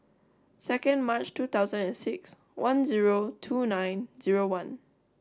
second March two thousand and six one zero two nine zero one